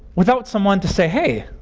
without someone to say, hey,